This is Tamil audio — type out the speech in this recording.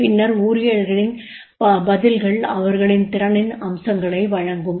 பின்னர் ஊழியர்களின் பதில்கள் அவர்களின் திறனின் அம்சங்களை வழங்கும்